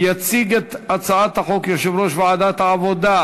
יציג את הצעת החוק יושב-ראש ועדת העבודה,